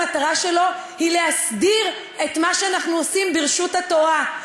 המטרה שלו היא להסדיר את מה שאנחנו עושים ברשות התורה.